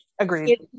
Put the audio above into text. Agreed